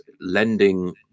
lending